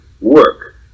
work